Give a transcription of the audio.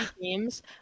games